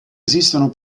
esistono